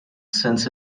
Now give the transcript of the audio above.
since